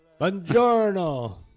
Buongiorno